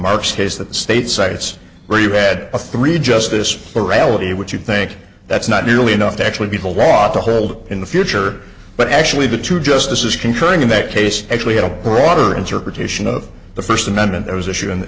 marks case that the state sites where you had a three justice for reality which you think that's not nearly enough to actually be the law to hold in the future but actually the two justices concurring in that case actually had a broader interpretation of the first amendment that was